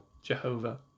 Jehovah